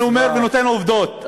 אני אומר ונותן עובדות.